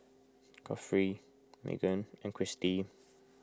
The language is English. Godfrey Maegan and Kristy